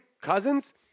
Cousins